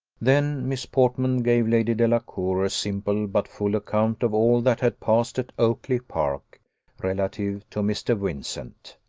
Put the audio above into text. then miss portman gave lady delacour a simple but full account of all that had passed at oakly-park relative to mr. vincent.